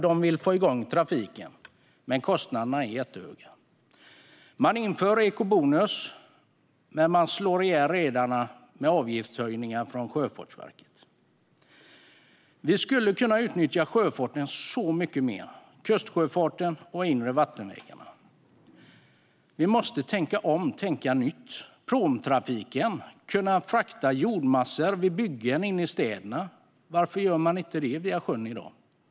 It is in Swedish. De vill få igång trafiken, men kostnaderna är jättehöga. Man inför eco-bonus, men man slår ihjäl redarna med avgiftshöjningar från Sjöfartsverket. Vi skulle kunna utnyttja sjöfarten mycket mer - kustsjöfarten och de inre vattenvägarna. Vi måste tänka om och tänka nytt. Jag tänker på pråmtrafiken och på hur man kan frakta jordmassor till byggen i städerna. Varför gör man inte det via sjön i dag?